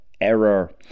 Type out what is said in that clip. Error